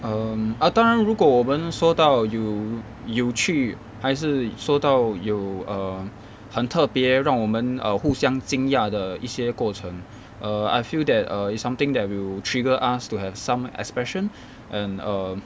um ah 当然如果我们说道有有趣还是说到有 err 很特别让我们 err 互相惊讶的一些过程 err I feel that err it's something that will trigger us to have some expression and um